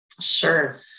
Sure